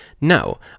Now